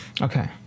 Okay